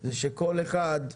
זה שכל אחד,